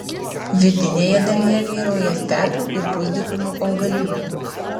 vidinėje dalyje vyrauja stepių ir pusdykumių augalija